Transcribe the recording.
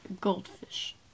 goldfish